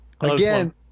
Again